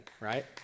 right